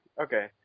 Okay